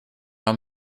how